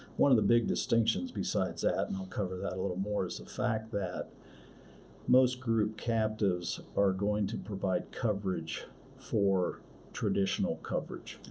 one of the big distinctions besides that, and i'll cover that a little more, is the fact that most group captives are going to provide coverage for traditional coverage,